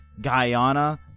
Guyana